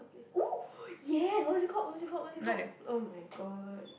!woo! ya what's it called what's it called what's it called [oh]-my-god